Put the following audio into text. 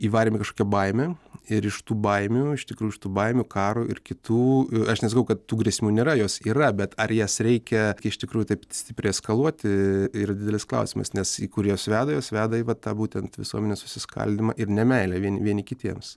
įvarėm į kažkokią baimę ir iš tų baimių iš tikrųjų iš tų baimių karo ir kitų aš nesakau kad tų grėsmių nėra jos yra bet ar jas reikia iš tikrųjų taip stipriai eskaluoti yra didelis klausimas nes į kur jos veda jos veda į vat tą būtent visuomenės susiskaldymą ir nemeilę vieni vieni kitiems